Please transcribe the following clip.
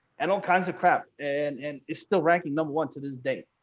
and all kinds of crap and and it's still ranking number one to this day.